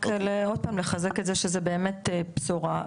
רק לחזק ולומר שזו באמת בשורה.